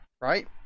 right